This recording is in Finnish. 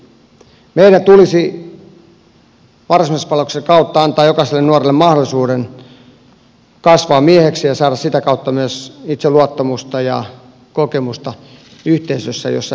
meidän tulisi varusmiespalveluksen kautta antaa jokaiselle nuorelle mahdollisuus kasvaa mieheksi ja saada sitä kautta myös itseluottamusta ja kokemusta yhteisössä jossa heidät hyväksytään